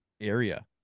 area